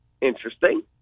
Interesting